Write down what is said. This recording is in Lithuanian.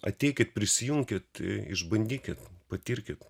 ateikit prisijunkit išbandykit patirkit